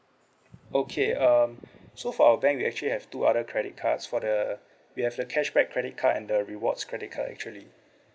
okay um so for our bank we actually have two other credit cards for the we have the cashback credit card and the rewards credit card actually